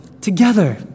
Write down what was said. together